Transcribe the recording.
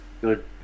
good